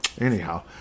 Anyhow